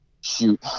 shoot